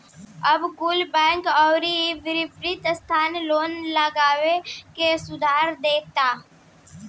अब कुल बैंक, अउरी वित्तिय संस्था लोन लेवे के सुविधा देता